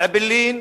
אעבלין,